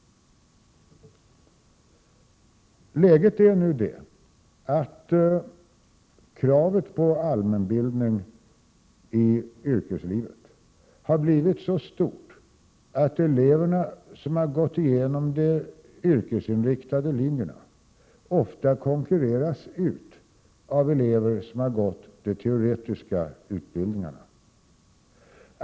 Läget är nu det, att kravet på allmänbildning i yrkeslivet har blivit så stort att elever som har gått igenom de yrkesinriktade linjerna ofta konkurreras ut av elever som har gått de teoretiska.